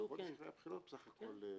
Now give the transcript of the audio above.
חודש אחרי הבחירות בסך הכול.